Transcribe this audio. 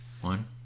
One